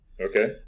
Okay